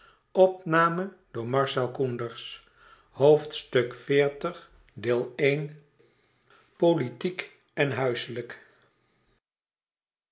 politiek en huiselijk